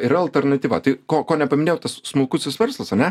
yra alternatyva tai ko ko nepaminėjau tas smulkusis verslas ane